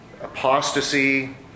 apostasy